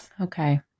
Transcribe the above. Okay